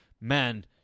man